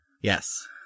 Yes